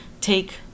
take